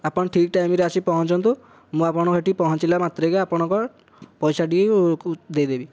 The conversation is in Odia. ଆପଣ ଠିକ ଟାଇମରେ ଆସି ପହଞ୍ଚନ୍ତୁ ମୁଁ ଆପଣ ଏଠି ପହଞ୍ଚିଲା ମାତ୍ରକେ ଆପଣଙ୍କ ପଇସା ଟି ଦେଇଦେବି